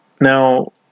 now